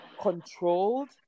controlled